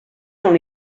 dans